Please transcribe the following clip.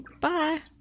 Bye